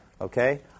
Okay